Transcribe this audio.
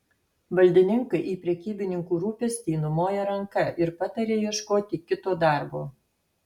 valdininkai į prekybininkų rūpestį numoja ranka ir pataria ieškoti kito darbo